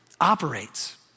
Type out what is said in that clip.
operates